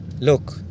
Look